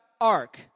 Ark